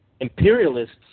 imperialists